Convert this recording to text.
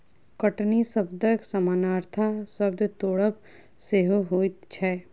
कटनी शब्दक समानार्थी शब्द तोड़ब सेहो होइत छै